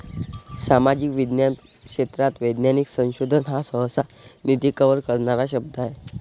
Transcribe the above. सामाजिक विज्ञान क्षेत्रात वैज्ञानिक संशोधन हा सहसा, निधी कव्हर करणारा शब्द आहे